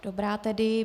Dobrá tedy.